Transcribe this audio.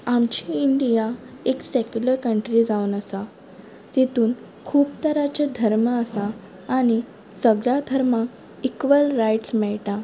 आमची इंडिया एक secular country जावन आसा तेतून खूब तराचे धर्म आसा आनी सगळ्या धर्माक इक्वल रायट्स मेळटा